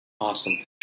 Awesome